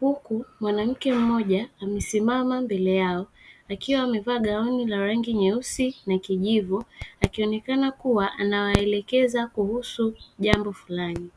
huku mwanamke mmoja amesimama mbele yao akiwa amevaa gauni la rangi nyeusi, na kijivu akionekana kuwa anawaelekeza kuhusu jambo fulani.